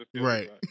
right